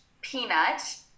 peanut